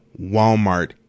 Walmart